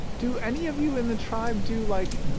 do any of you in the tribe do, like,